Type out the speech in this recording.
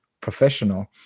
professional